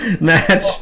match